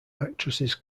actresses